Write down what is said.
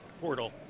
portal